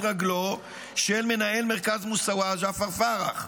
רגלו של מנהל מרכז מוסאוא ג'עפר פרח.